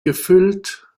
gefüllt